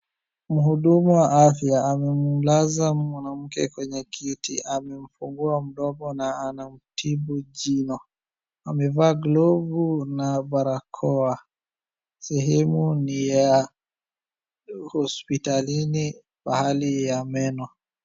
Muhudumu wa afya amemlaza mwanamke kwenye kiti amemfungua mdomo na anamtibu jino. Amevaa glovu na barakoa ,sehemu ni ya hospitalini pahali ya meno.